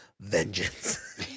Vengeance